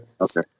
Okay